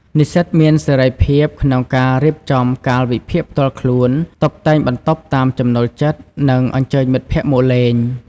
និស្សិតមានសេរីភាពក្នុងការរៀបចំកាលវិភាគផ្ទាល់ខ្លួន តុបតែងបន្ទប់តាមចំណូលចិត្ត និងអញ្ជើញមិត្តភក្តិមកលេង។